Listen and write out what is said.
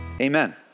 Amen